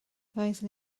roeddwn